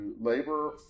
labor